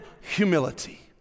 humility